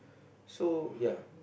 so ya